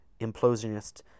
implosionist